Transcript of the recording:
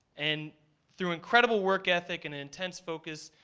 and through incredible work ethic and intense focus,